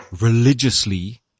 religiously